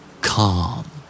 Calm